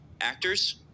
actors